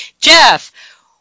Jeff